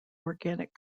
organic